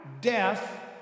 death